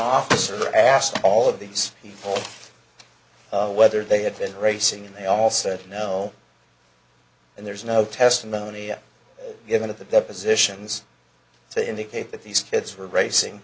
officer asked all of these people whether they had been racing and they all said no and there's no testimony given at the depositions to indicate that these kids were racing